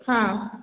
ହଁ